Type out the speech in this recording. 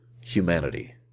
humanity